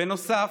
ובנוסף,